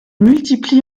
multiplie